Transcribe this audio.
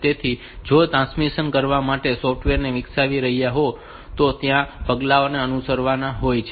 તેથી જો તમે ટ્રાન્સમિશન કરવા માટે સોફ્ટવેર વિકસાવી રહ્યા હોવ તો ત્યાં આ પગલાંઓ અનુસરવાના હોય છે